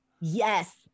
Yes